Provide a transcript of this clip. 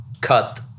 cut